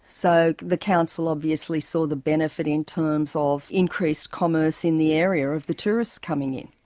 so the council obviously saw the benefit in terms of increased commerce in the area of the tourists coming in.